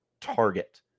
target